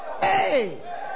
Hey